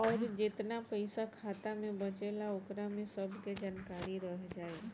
अउर जेतना पइसा खाता मे बचेला ओकरा में सब के जानकारी रह जाइ